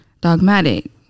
dogmatic